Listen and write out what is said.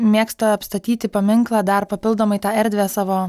mėgsta apstatyti paminklą dar papildomai tą erdvę savo